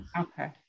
okay